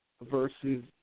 versus